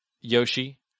Yoshi